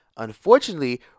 Unfortunately